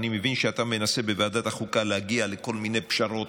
אני מבין שאתה מנסה בוועדת החוקה להגיע לכל מיני פשרות: